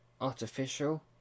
artificial